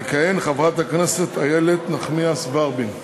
תכהן חברת הכנסת איילת נחמיאס ורבין.